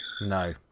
No